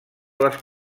les